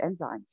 enzymes